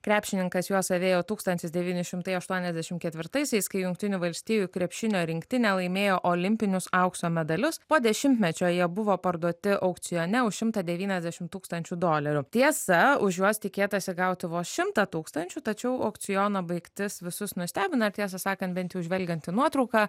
krepšininkas juos avėjo tūkstantis devyni šimtai aštuoniasdešim ketvirtaisiais kai jungtinių valstijų krepšinio rinktinė laimėjo olimpinius aukso medalius po dešimtmečio jie buvo parduoti aukcione už šimtą devyniasdešim tūkstančių dolerių tiesa už juos tikėtasi gauti vos šimtą tūkstančių tačiau aukciono baigtis visus nustebino ir tiesą sakant bent jau žvelgiant į nuotrauką